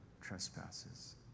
trespasses